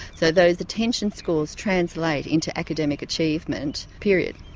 so those attention scores translate into academic achievement, period.